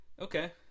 okay